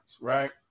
right